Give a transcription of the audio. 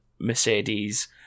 Mercedes